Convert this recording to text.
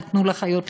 "תנו לחיות לחיות",